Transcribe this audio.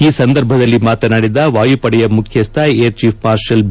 ಈ ಸಂದರ್ಭದಲ್ಲಿ ಮಾತನಾಡಿದ ವಾಯು ಪಡೆಯ ಮುಖ್ಯಸ್ಥ ಏರ್ ಚೀಫ್ ಮಾರ್ಷಲ್ ಬಿ